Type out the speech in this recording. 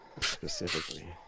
specifically